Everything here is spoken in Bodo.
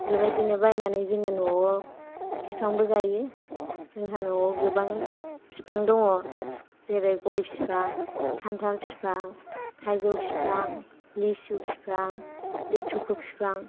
बेबायदिनो बायनानै जोङो न'याव फिफांबो गायो जोंहा न'आव गोबां फिफां दङ जेरै गय फिफां खान्थाल फिफां थायजौ फिफां लिसु फिफां लेथेख' फिफां